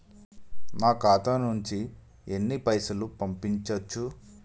నా ఖాతా నుంచి ఎన్ని పైసలు పంపించచ్చు?